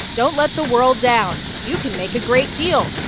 don't let the world down. you can make a great deal.